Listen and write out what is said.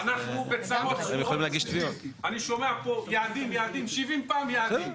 אני שומע פה 'יעדים, יעדים' 70 פעם יעדים.